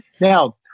Now